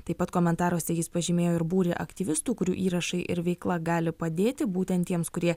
taip pat komentaruose jis pažymėjo ir būrį aktyvistų kurių įrašai ir veikla gali padėti būtent tiems kurie